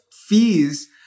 fees